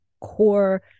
core